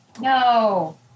no